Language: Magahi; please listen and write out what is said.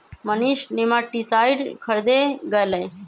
मनीष नेमाटीसाइड खरीदे गय लय